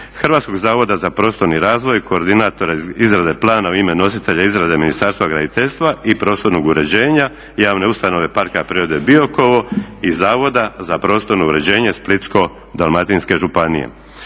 Hrvatskog zavoda za prostorni razvoj, koordinator izrade plana u ime nositelja izrade Ministarstva graditeljstva i prostornog uređenja, javne ustanove Parka prirode Biokovo i Zavoda za prostorno uređenje Splitsko-dalmatinske županije.